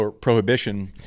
Prohibition